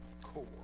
core